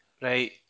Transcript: Right